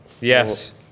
Yes